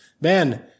Ben